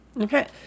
Okay